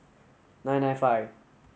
nine nine five